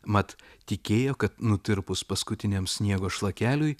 mat tikėjo kad nutirpus paskutiniam sniego šlakeliui